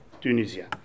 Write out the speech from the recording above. Tunisia